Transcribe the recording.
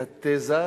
2012,